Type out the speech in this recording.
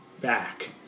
back